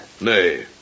Nay